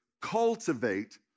cultivate